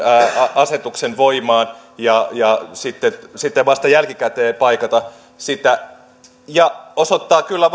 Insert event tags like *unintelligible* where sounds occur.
asetuksen voimaan ja ja sitten sitten vasta jälkikäteen paikkaatte sitä osoittaa kyllä *unintelligible*